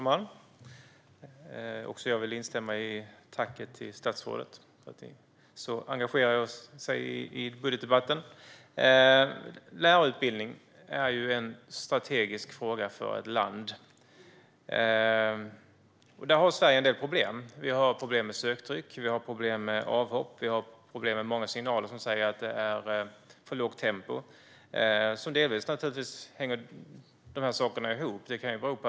Fru talman! Även jag vill instämma i tacket till statsrådet, som engagerar sig i budgetdebatten. Lärarutbildning är en strategisk fråga för ett land. Där har Sverige en del problem. Vi har problem med söktryck, vi har problem med avhopp och vi har problem med att många signaler visar att det är för lågt tempo. Delvis hänger dessa saker naturligtvis ihop.